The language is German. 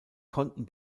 konnten